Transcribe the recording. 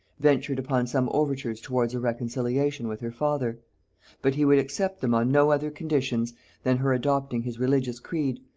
ventured upon some overtures towards a reconciliation with her father but he would accept them on no other conditions than her adopting his religious creed,